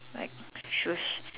like sushi